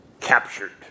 captured